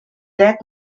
dead